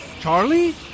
Charlie